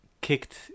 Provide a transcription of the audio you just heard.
kicked